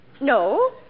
No